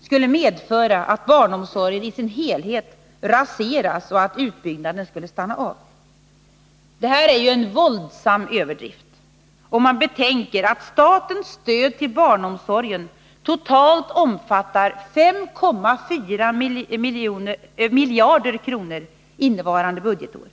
skulle medföra att barnomsorgen i sin helhet raseras och att utbyggnaden skulle stanna av. Detta är en våldsam överdrift om man betänker att statens stöd till barnomsorgen totalt omfattar 5 400 milj.kr. innevarande budgetår.